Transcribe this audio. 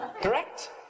correct